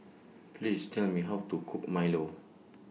Please Tell Me How to Cook Milo